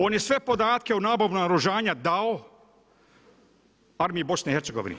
On je sve podatke o nabavi naoružanja dao armiji BiH.